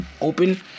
open